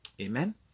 Amen